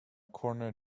corner